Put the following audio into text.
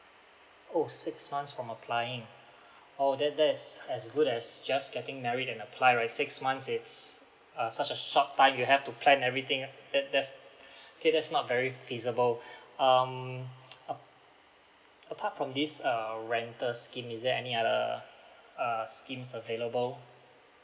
oh six months from applying oh that there's as good as just getting married and apply right six months it's uh such a short time you have to plan everything that that's okay that's not very feasible um uh apart from this uh rental scheme is there any other uh schemes available